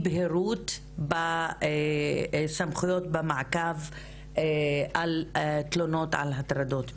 בהירות בסמכויות המעקב אחרי תלונות על הטרדות מיניות.